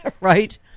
Right